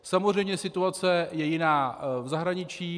Samozřejmě situace je jiná v zahraničí.